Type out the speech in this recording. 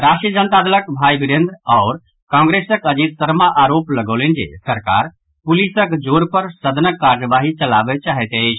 राष्ट्रीय जनता दलक भाई वीरेन्द्र आओर कांग्रेसक अजित शर्मा आरोप लगौलनि जे सरकार पुलिसक जोर पर सदनक कार्यवाही चलाबय चाहैत अछि